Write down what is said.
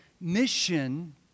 mission